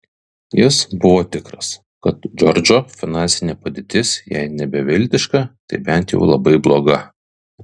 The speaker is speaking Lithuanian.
jis buvo tikras kad džordžo finansinė padėtis jei ne beviltiška tai bent jau labai bloga